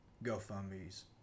GoFundMe's